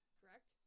correct